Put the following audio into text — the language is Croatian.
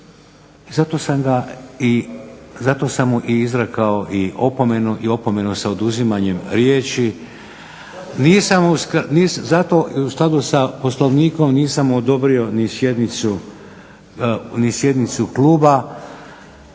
zato sam mu i izrekao opomenu i opomenu sa oduzimanjem riječi, u skladu sa Poslovnikom nisam mu odobrio ni sjednicu Kluba,